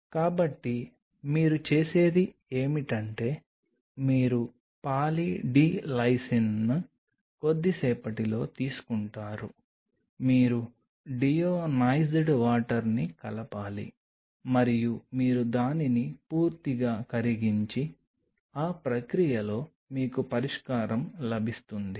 కాబట్టి మీరు చేసేది ఏమిటంటే మీరు పాలీ డి లైసిన్ని కొద్దిసేపటిలో తీసుకుంటారు మీరు డీయోనైజ్డ్ వాటర్ని కలపాలి మరియు మీరు దానిని పూర్తిగా కరిగించి ఆ ప్రక్రియలో మీకు పరిష్కారం లభిస్తుంది